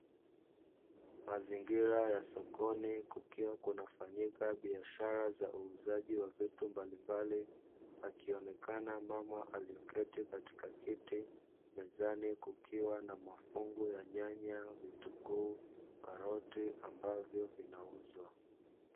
Mazingira ya sokoni kukiwa kunafanyika biashara za uuzaji wa vitu mbalimbali, akionekana mama alieketi katika kiti mezani kukiwa na mafungu ya nyanya ,vitunguu ,karoti ambavyo vinauzwa.